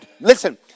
listen